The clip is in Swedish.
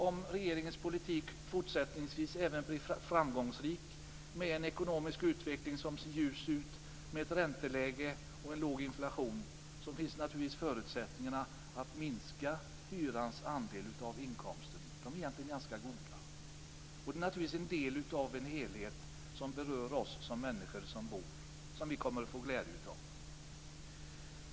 Om regeringens politik även fortsättningsvis blir framgångsrik, med en ekonomisk utveckling som ser ljus ut, ett bra ränteläge och en låg inflation, finns det naturligtvis förutsättningar att minska hyrans andel av inkomsten. De förutsättningarna är egentligen ganska goda. Det är en del av en helhet som berör oss människor som bor och som vi kommer att få glädje av.